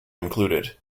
included